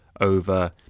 over